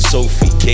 Sophie